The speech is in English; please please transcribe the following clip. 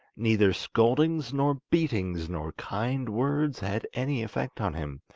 neither scoldings nor beatings nor kind words had any effect on him,